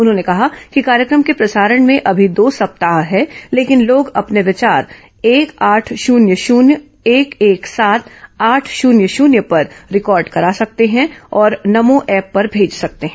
उन्होंने कहा कि कार्यक्रम के प्रसारण में अभी दो सप्ताह है लेकिन लोग अपने विचार एक आठ शून्य शून्य एक एक सात आठ शून्य शून्य पर रिकॉर्ड करा सकते हैं और नमो एप पर भेज सकते हैं